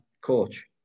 coach